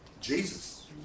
Jesus